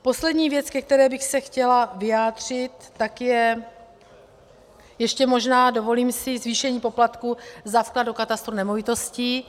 Poslední věc, ke které bych se chtěla vyjádřit, je ještě možná zvýšení poplatků za vklad do katastru nemovitostí.